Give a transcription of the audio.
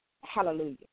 hallelujah